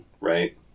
right